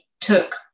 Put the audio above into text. took